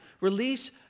Release